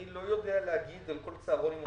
והבעלויות.